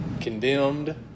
condemned